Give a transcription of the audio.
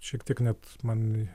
šiek tiek net man